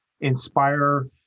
inspire